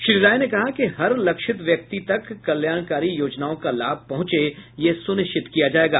श्री राय ने कहा कि हर लक्षित व्यक्ति तक कल्याणकारी योजनाओं का लाभ पहुंचे यह सुनिश्चित किया जायेगा